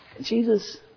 Jesus